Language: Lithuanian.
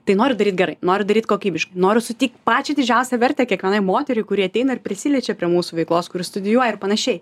tai noriu daryt gerai noriu daryt kokybiškai noriu suteikt pačią didžiausią vertę kiekvienai moteriai kuri ateina ir prisiliečia prie mūsų veiklos kuri studijuoja ir panašiai